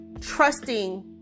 trusting